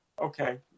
Okay